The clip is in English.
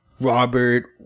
Robert